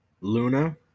luna